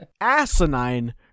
asinine